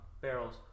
barrels